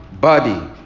body